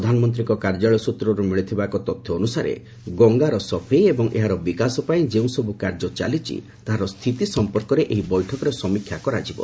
ପ୍ରଧାନମନ୍ତ୍ରୀଙ୍କ କାର୍ଯ୍ୟାଳୟ ସୂତ୍ରରୁ ମିଳିଥିବା ଏକ ତଥ୍ୟ ଅନୁସାରେ ଗଙ୍ଗାର ସଫେଇ ଏବଂ ଏହାର ବିକାଶ ପାଇଁ ଯେଉଁସବୁ କାର୍ଯ୍ୟ ଚାଲିଛି ତାହାର ସ୍ଥିତି ସମ୍ପର୍କରେ ଏହି ବୈଠକରେ ସମୀକ୍ଷା କରାଯିବ